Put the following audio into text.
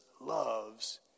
loves